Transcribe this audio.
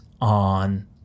on